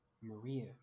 Maria